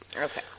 Okay